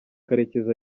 karekezi